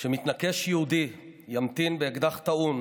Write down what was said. שמתנקש יהודי ימתין באקדח טעון